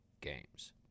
Games